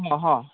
ହଁ